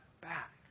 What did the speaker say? back